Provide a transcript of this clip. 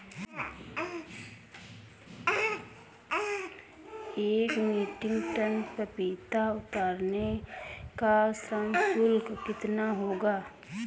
एक metric ton पपीता उतारने का श्रम शुल्क कितना होगा?